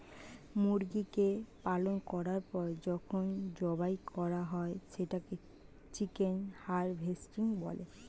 মুরগিকে পালন করার পর যখন জবাই করা হয় সেটাকে চিকেন হারভেস্টিং বলে